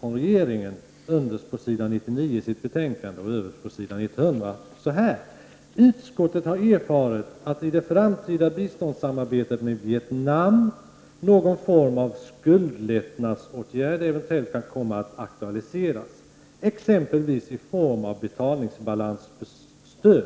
från regeringen — underst på s. 99 och överst på s. 100 i betänkandet: ”Vidare har utskottet erfarit att i det framtida biståndssamarbetet med Vietnam någon form av skuldlättnadsåtgärder eventuellt kan komma att aktualiseras, exempelvis i form av betalningsbalansstöd.